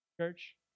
Church